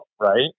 Right